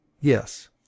Yes